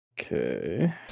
Okay